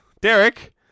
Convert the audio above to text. Derek